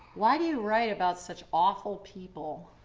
why do you write about such awful people?